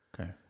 Okay